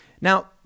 Now